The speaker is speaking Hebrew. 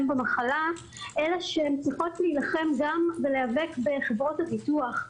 במחלה אלא שהן צריכות להילחם ולהיאבק גם בחברות הביטוח,